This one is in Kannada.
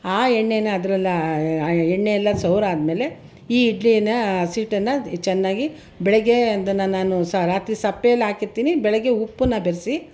ಆ ಎಣ್ಣೆಯನ್ನು ಅದ್ರಲ್ಲಿ ಎಣ್ಣೆಯೆಲ್ಲ ಸವರಾದ್ಮೇಲೆ ಈ ಇಡ್ಲಿನ ಹಸಿಟ್ಟನ್ನು ಚೆನ್ನಾಗಿ ಬೆಳಗ್ಗೆ ಅದನ್ನು ನಾನು ಸಹ ರಾತ್ರಿ ಸಪ್ಪೆಯಲ್ಲಿ ಹಾಕಿರ್ತೀನಿ ಬೆಳಗ್ಗೆ ಉಪ್ಪನ್ನು ಬೆರೆಸಿ